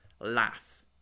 laugh